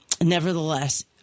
Nevertheless